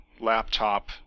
laptop